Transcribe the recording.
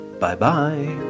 Bye-bye